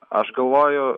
aš galvoju